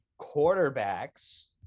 quarterbacks